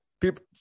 people